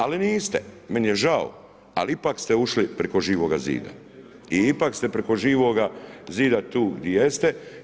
Ali niste, meni je žao, ali ipak ste ušli preko Živoga zida i ipak ste preko Živoga zida tu di jeste.